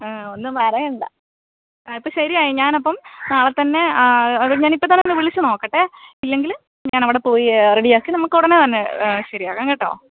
ഒന്നും പറയേണ്ട ഇപ്പോൾ ശരിയായി ഞാൻ അപ്പം നാളെ തന്നെ ഞാൻ ഇപ്പോൾ തന്നെ ഒന്ന് വിളിച്ചു നോക്കട്ടെ ഇല്ലെങ്കിൽ ഞാൻ അവിടെ പോയി റെഡി ആക്കി നമുക്ക് ഉടനെ തന്നെ ശരിയാക്കാം കേട്ടോ